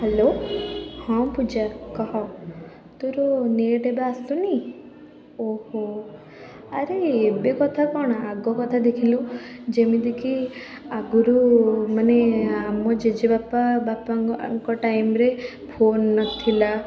hello ହଁ ପୂଜା କହ ତୋର ନେଟ୍ ଏବେ ଆସୁନି ଓହୋ ଆରେ ଏବେ କଥା କ'ଣ ଆଗ କଥା ଦେଖିଲୁ ଯେମିତିକି ଆଗରୁ ମାନେ ଆମ ଜେଜେବାପା ବାପାଙ୍କ ଆଙ୍କ ଟାଇମ୍ରେ ଫୋନ୍ ନଥିଲା